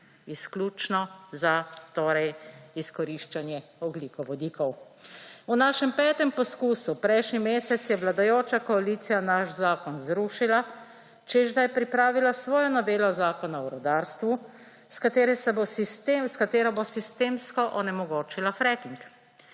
Izključno za izkoriščanje ogljikovodikov. V našem petem poskusu prejšnji mesec je vladajoča koalicija naš zakon zrušila, češ da je pripravila svojo novelo zakona o rudarstvu, s katerim bo sistemsko onemogočila fracking.